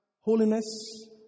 holiness